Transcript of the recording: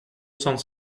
cent